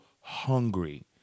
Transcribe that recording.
hungry